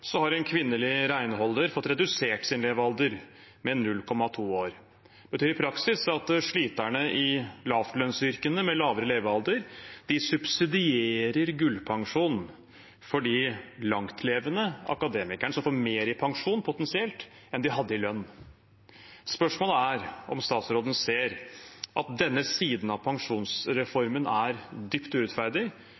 har en kvinnelig renholder fått redusert sin levealder med 0,2 år. Det betyr i praksis at sliterne i lavlønnsyrkene, med lavere levealder, subsidierer gullpensjon for de lengelevende akademikerne, som potensielt får mer i pensjon enn de hadde i lønn. Spørsmålet er om statsråden ser at denne siden av